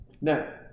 Now